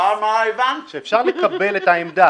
שאפשר לקבל את העמדה.